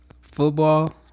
football